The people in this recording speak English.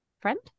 Friend